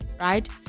right